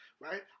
right